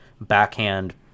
backhand